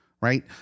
right